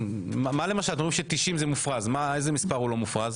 מה שאתם רואים ש- 90 זה מופרז איזה מספר הוא לא מופרז?